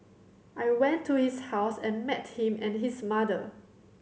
I went to his house and met him and his mother